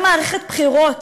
אחרי מערכת בחירות,